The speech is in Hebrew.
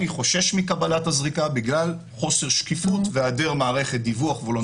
אני חושש מקבלת הזריקה בגלל חוסר שקיפות והיעדר מערכת דיווח וולונטרית,